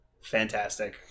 fantastic